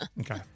Okay